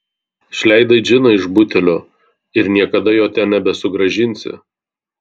išleidai džiną iš butelio ir niekada jo ten nebesugrąžinsi